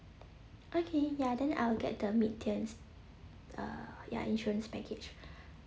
okay ya then I'll get the mid tier uh ya insurance package